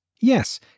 Yes